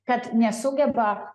kad nesugeba